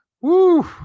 woo